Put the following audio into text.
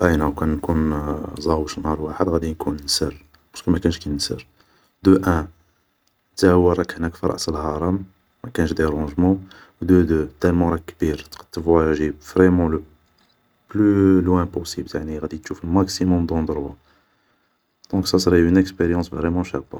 باينة و كان نكون زاوش نهار واحد غادي نكون نسر, بارسكو مكانش كي النسر, دو ان نتا هو راك هناك في راس الهرم, مكانش ديرونجمون, دو دو بويسك راك كبير, تقدر تفواياجي لو بلو لوان بوسيبل غادي تشوف ماكسيموم دوندروا, دونك صا سوري اون اكسبيريونس فريمون شابة